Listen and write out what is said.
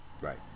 Right